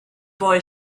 boy